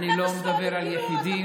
אני לא מדבר על יחידים.